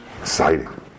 exciting